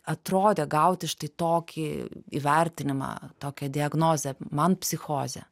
atrodė gauti štai tokį įvertinimą tokią diagnozę man psichozė